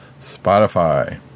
Spotify